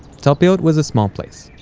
talpiot was a small place,